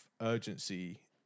urgency